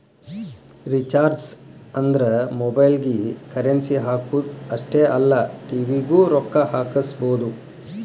recharges ಅಂದ್ರ ಮೊಬೈಲ್ಗಿ currency ಹಾಕುದ್ ಅಷ್ಟೇ ಅಲ್ಲ ಟಿ.ವಿ ಗೂ ರೊಕ್ಕಾ ಹಾಕಸಬೋದು